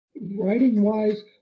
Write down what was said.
writing-wise